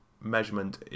measurement